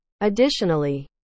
Additionally